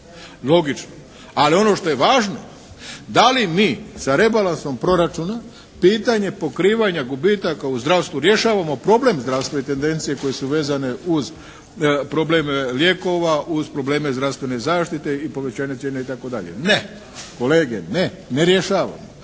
Logično. Ali ono što je važno da li mi sa rebalansom proračuna pitanje pokrivanja gubitaka u zdravstvu rješavamo problem zdravstva i tendencije koje su vezane uz problem lijekova, uz probleme zdravstvene zaštite i povećanje cijena itd. Ne. Kolege ne. Ne rješavamo.